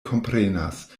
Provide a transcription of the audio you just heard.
komprenas